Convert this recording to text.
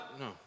no